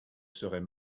serais